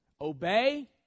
obey